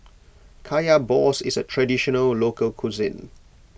Kaya Balls is a Traditional Local Cuisine